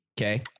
Okay